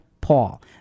Paul